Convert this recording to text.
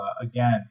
again